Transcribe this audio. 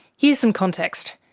here's some context.